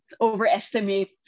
overestimate